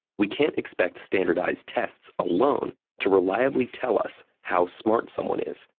we can't expect standardized tests alone to reliably tell us how smart someone is,